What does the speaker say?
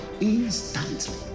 instantly